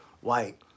white